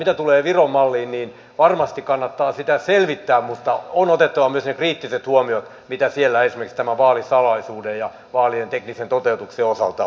mitä tulee viron malliin niin varmasti kannattaa sitä selvittää mutta on otettava huomioon myös se kritiikki ja mitä siellä esimerkiksi tämän vaalisalaisuuden ja vaalien teknisen toteutuksen osalta on huomattu